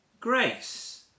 grace